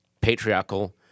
patriarchal